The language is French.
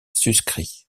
suscrit